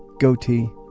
goatee,